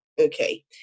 Okay